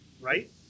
right